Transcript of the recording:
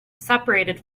separated